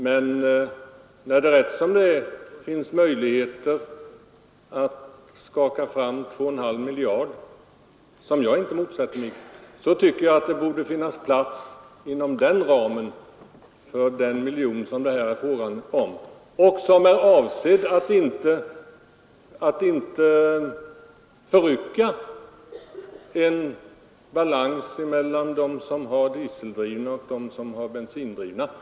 Men när man rätt som det är har möjligheter att skaka fram 2,5 miljarder — vilket jag inte motsätter mig — tycker jag att det borde finnas plats för den miljon som det här är fråga om, speciellt som avsikten är att inte förrycka balansen mellan dem som har dieseldrivna och dem som har bensindrivna fordon.